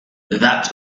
that